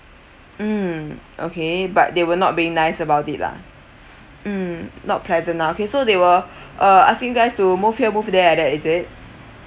mm okay but they were not being nice about it lah mm not pleasant lah okay so they were uh asking you guys to move here move there is it